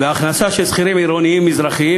וההכנסה של שכירים עירונים מזרחים